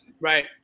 Right